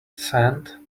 sand